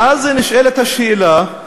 ואז נשאלת השאלה,